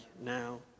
now